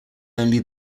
only